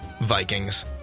Vikings